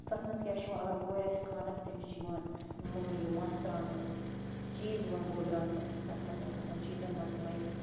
تَتھ منٛز کیٛاہ چھِ یِوان اگر کورِ آسہِ خانٛدَر تٔمِس چھِ یِوان مٲ یہِ مَس تراونہٕ چیٖز یِوان بٲگٕراونہٕ تَتھ منٛز تِمَن چیٖزَن منٛز یِمٕے